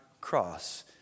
cross